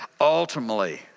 ultimately